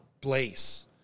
place